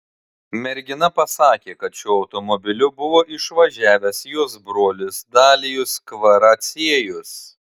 mergina pasakė kad šiuo automobiliu buvo išvažiavęs jos brolis dalijus kvaraciejus